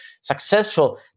successful